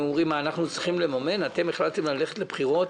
הם אומרים: אתם החלטתם ללכת לבחירות,